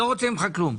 לא רוצה ממך כלום.